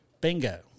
bingo